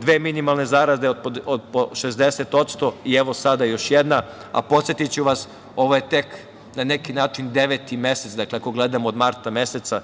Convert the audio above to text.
dve minimalne zarade od po 60% i evo sada još jedna, a podsetiću vas, ovo je tek, na neki način, deveti mesec, ako gledamo od marta meseca,